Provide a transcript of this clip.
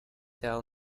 tell